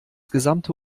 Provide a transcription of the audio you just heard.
gesamte